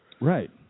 Right